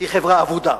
היא חברה אבודה.